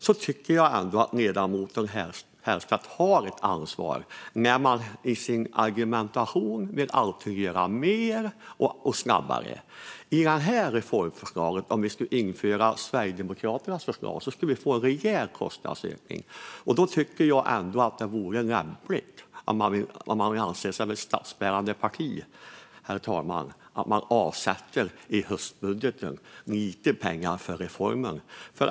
Jag tycker ändå att ledamoten Herrstedt har ett ansvar när man i sin argumentation alltid vill göra mer och göra det snabbare. Om vi skulle införa Sverigedemokraternas reformförslag skulle vi få en rejäl kostnadsökning. Då tycker jag att det vore lämpligt, om man anser sig vara ett statsbärande parti, att man avsätter lite pengar i höstbudgeten för reformen.